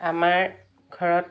আমাৰ ঘৰত